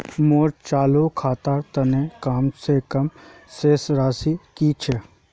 मोर चालू खातार तने कम से कम शेष राशि कि छे?